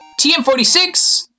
TM46